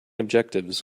objectives